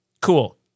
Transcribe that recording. Cool